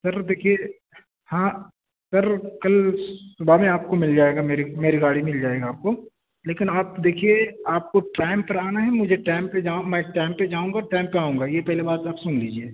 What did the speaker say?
سر دیکھیے ہاں سر کل صبح میں آپ کو مل جائے گا میری گاڑی مل جائے گا آپ کو لیکن آپ دیکھیے آپ کو ٹائم پر آنا ہے مجھے ٹائم پہ جا میں ٹائم پہ جاؤں گا ٹائم پہ آؤں گا یہ پہلے آپ بات سن لیجیے